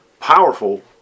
Powerful